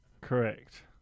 Correct